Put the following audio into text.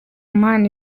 mana